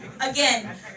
again